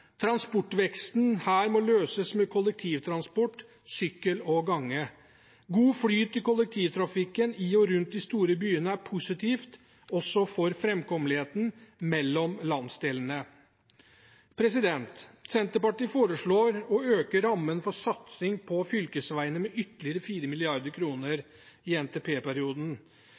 Transportveksten her må løses med kollektivtransport, sykkel og gange. God flyt i kollektivtrafikken i og rundt de store byene er positivt, også for framkommeligheten mellom landsdelene. Senterpartiet foreslår å øke rammen for satsing på fylkesveiene med ytterligere 4 mrd. kr i